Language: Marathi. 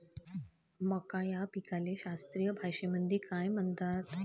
मका या पिकाले शास्त्रीय भाषेमंदी काय म्हणतात?